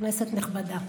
כנסת נכבדה,